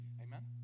Amen